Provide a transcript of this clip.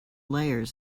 layers